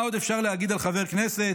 מה עוד אפשר להגיד על חבר הכנסת,